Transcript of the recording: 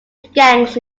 gangs